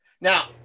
Now